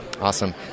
Awesome